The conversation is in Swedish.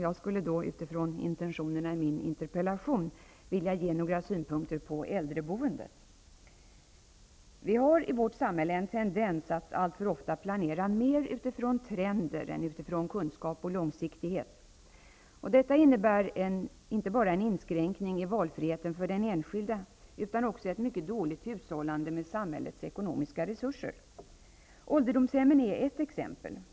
Jag vill utifrån intentionerna i min interpellation ge några synpunkter på äldreboendet. Vi har i vårt samhälle en tendens att allt för ofta planera mer utifrån trender än utifrån kunskap och långsiktighet. Detta innebär inte bara en inskränkning i valfriheten för den enskilde utan också ett mycket dåligt hushållande med samhällets ekonomiska resurser. Ålderdomshemmen är ett exempel.